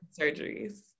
surgeries